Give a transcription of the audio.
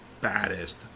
baddest